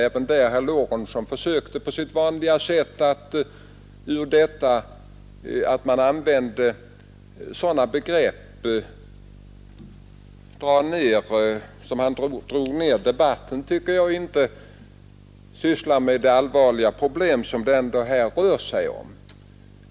Även där försökte emellertid herr Lorentzon på sitt vanliga sätt att dra ner debatten, och han uppehöll sig inte vid de allvarliga problem som det ändå här rör sig om.